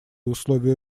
условия